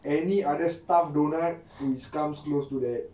any other stuffed donut which comes close to that